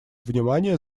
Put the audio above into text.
внимания